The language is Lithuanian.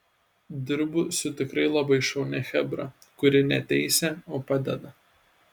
dirbu su tikrai labai šaunia chebra kuri ne teisia o padeda